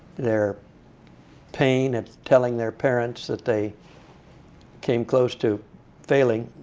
their pain at telling their parents that they came close to failing,